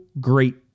great